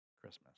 Christmas